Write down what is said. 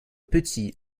petit